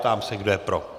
Ptám se, kdo je pro.